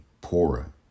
poorer